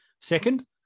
Second